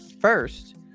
First